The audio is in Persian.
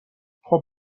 خوب